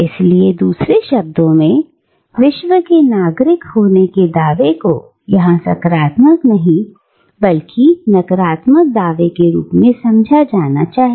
इसलिए दूसरे शब्दों में विश्व के नागरिक होने की दावे को यहां सकारात्मक नहीं बल्कि नकारात्मक दावे के रूप में समझा जाना चाहिए